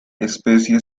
especie